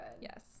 Yes